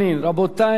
תקפידו על הזמן.